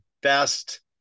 best